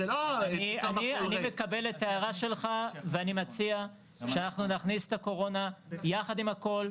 אני מקבל את ההערה שלך ואני מציע שאנחנו נכניס את הקורונה יחד עם הכול.